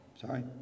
sorry